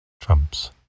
trumps